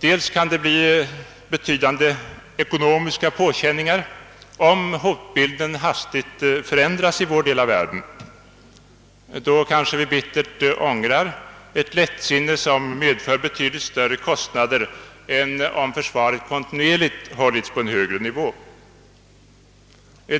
Det kan bli betydande ekonomiska påkänningar om hotbilden hastigt förändras i vår del av världen. Då kanske vi bittert ångrar ett lättsinne, som medför betydligt större kostnader än om försvaret kontinuerligt hållits på en högre nivå.